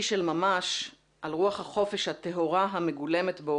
של ממש על רוח החופש הטהורה המגולמת בו